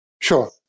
Sure